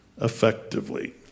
effectively